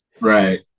Right